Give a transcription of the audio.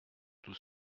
tous